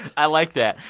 i like that.